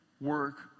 work